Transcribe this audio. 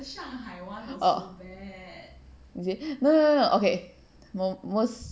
oh is it no no no no no mo~ most